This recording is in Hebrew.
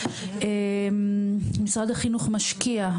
משרד החינוך משקיע,